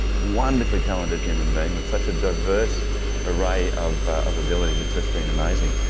wonderfully talented human being with such a diverse array of of abilities, it's just been amazing.